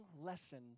lesson